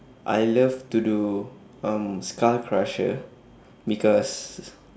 I love to do um skull crusher because